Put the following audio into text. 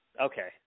Okay